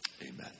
Amen